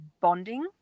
bonding